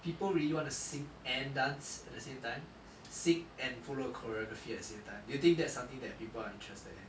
people really wanna sing and dance at the same time sing and follow the choreography at same time do you think that's something that people are interested in